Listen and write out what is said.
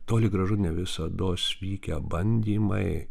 toli gražu ne visados vykę bandymai